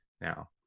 now